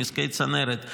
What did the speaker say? נזקי צנרת,